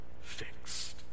fixed